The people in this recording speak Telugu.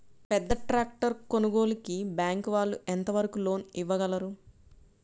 పెద్ద ట్రాక్టర్ కొనుగోలుకి బ్యాంకు వాళ్ళు ఎంత వరకు లోన్ ఇవ్వగలరు?